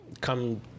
Come